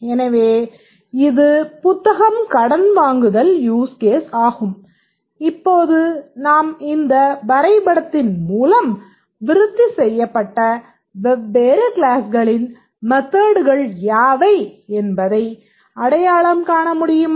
எனவே இது புத்தகம் கடன் வாங்குதல் யூஸ் கேஸ் ஆகும் இப்போது நாம் இந்த வரைபடத்தின் மூலம் விருத்தி செய்யப்பட்ட வெவ்வேறு க்ளாஸ்களின் மெத்தட்கள் யாவை என்பதை அடையாளம் காண முடியமா